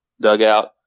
dugout